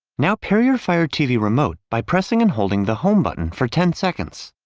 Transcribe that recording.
now, pair your fire tv remote by pressing and holding the home button for ten seconds.